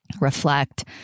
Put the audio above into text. reflect